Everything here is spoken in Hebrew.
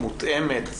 מותאמת,